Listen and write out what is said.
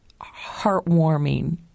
heartwarming